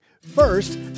First